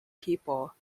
people